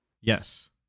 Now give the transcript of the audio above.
Yes